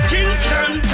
Kingston